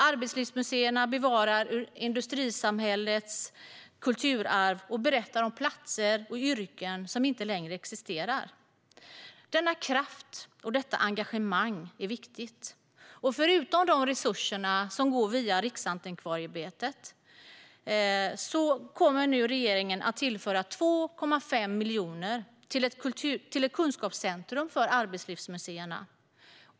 Arbetslivsmuseerna bevarar industrisamhällets kulturarv och berättar om arbetsplatser och yrken som inte längre existerar. Denna kraft och detta engagemang är viktiga, och förutom de resurser som går via Riksantikvarieämbetet kommer regeringen nu att tillföra 2,5 miljoner till ett kunskapscentrum för arbetslivsmuseerna.